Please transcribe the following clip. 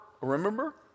Remember